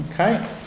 Okay